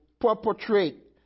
perpetrate